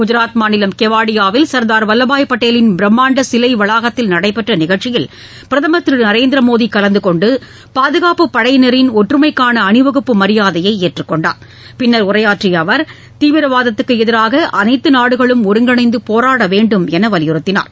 குஜராத் மாநிலம் கெவாடியாவில் சர்தார் வல்லபாய் பட்டேலின் பிரம்மாண்ட சிலை வளாகத்தில் நடைபெற்ற நிகழ்ச்சியில் பிரதமர் திரு நரேந்திர மோடி கலந்தகொண்டு பாதுகாப்புப்படையினரின் ஒற்றுமைக்கான அணிவகுப்பு மரியாதையை ஏற்றுக்கொண்டார் பின்னர் உரையாற்றிய அவர் தீவிரவாதத்துக்கு எதிராக அனைத்து நாடுகளும் ஒருங்கிணைந்து போராட வேண்டும் என்று வலியுறுத்தினார்